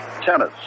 Tennis